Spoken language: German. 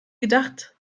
gedacht